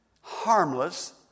harmless